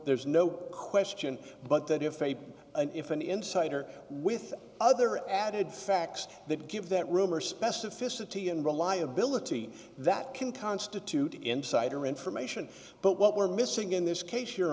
there's no question but that if a an if an insider with other added facts that give that rumor specificity and reliability that can constitute insider information but what we're missing in this case your